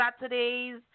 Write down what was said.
Saturdays